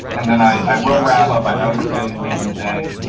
and then i will wrap up, i getting late in the day.